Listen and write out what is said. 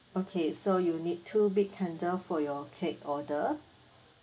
okay so you need two big candle for your cake order